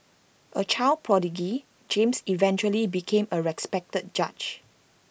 A child prodigy James eventually became A respected judge